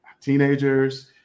teenagers